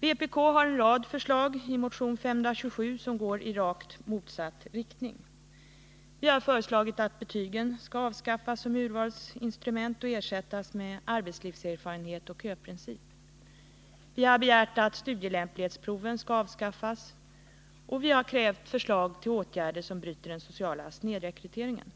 Vpk har i motion 527 en rad förslag som går i rakt motsatt riktning. Vi har föreslagit att betygen skall avskaffas som urvalsinstrument och ersättas med arbetslivserfarenhet och köprincip. Vidare har vi begärt att studielämplighetsproven skall avskaffas, och vi har också krävt förslag till åtgärder som bryter den sociala snedrekryteringen.